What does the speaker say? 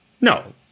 No